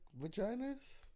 vaginas